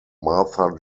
martha